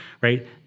right